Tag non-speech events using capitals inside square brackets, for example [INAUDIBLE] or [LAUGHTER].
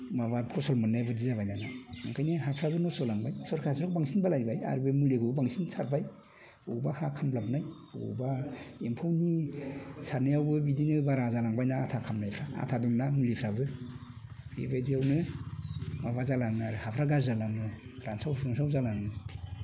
माबा फसल मोननाय बायदि जाबाय दाना ओंखायनो हाफ्राबो नस्थ' जालांबाय सरखार हासारखौ बांसिन [UNINTELLIGIBLE] आरो बै मुलिखौबो बांसिन सारबाय अबेबा हा खामलाबनाय बबेबा एम्फौनि सारनायावबो बिदिनो बारा जालांबायना आथा खामनायफ्रा आथा दंना मुलिफ्राबो बिबायदियावनो माबा जालाङो आरो हाफ्रा गाज्रि जालाङो आरो रानस्राव सास्राव जालाङो